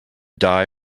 die